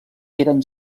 eren